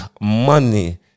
money